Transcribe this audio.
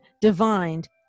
divined